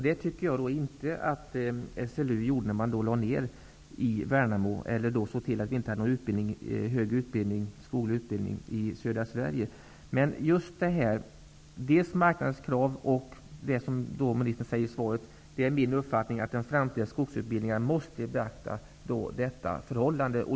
Jag tycker inte att SLU gjorde det när man lade ner utbildningen i Värnamo och såg till att det inte fanns någon högre skoglig utbildning i södra Sverige. Jordbruksministern säger i interpellationssvaret: ''Det är min uppfattning att de framtida skogsutbildningarna måste beakta detta förhållande.''